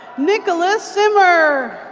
nicholas zimmer.